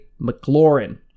McLaurin